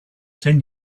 ten